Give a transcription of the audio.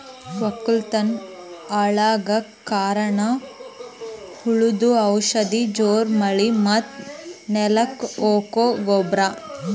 ವಕ್ಕಲತನ್ ಹಾಳಗಕ್ ಕಾರಣ್ ಹುಳದು ಔಷಧ ಜೋರ್ ಮಳಿ ಮತ್ತ್ ನೆಲಕ್ ಹಾಕೊ ಗೊಬ್ರ